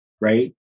Right